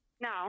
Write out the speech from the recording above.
No